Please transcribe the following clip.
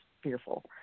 fearful